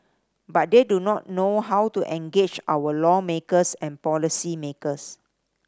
but they do not know how to engage our lawmakers and policymakers